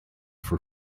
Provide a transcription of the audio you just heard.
for